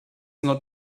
not